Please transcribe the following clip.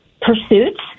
pursuits